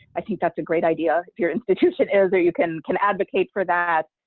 i think that's a great idea, if your institution is, or you can can advocate for that,